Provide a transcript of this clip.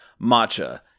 matcha